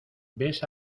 ves